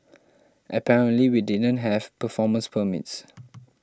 apparently we didn't have performance permits